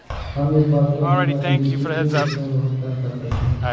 हम एक वर्ष में बीमा के लिए कितनी किश्तों में भुगतान कर सकते हैं?